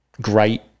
great